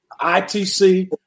ITC